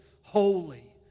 holy